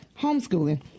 homeschooling